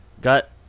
got